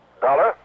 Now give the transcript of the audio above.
Dollar